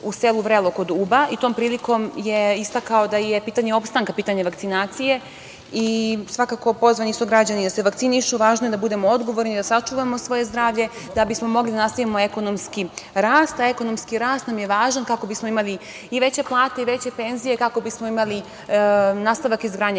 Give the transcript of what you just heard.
u selu Vrelo kod Uba i tom prilikom je istakao da je pitanje opstanka pitanje vakcinacije i svakako, pozvani su građani da se vakcinišu. Važno je da budemo odgovorni da sačuvamo svoje zdravlje da bismo mogli da nastavimo ekonomski rast, a ekonomski rast nam je važan kako bismo imali i veće plate i veće penzije, kako bismo imali nastavak izgradnje